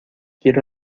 quiero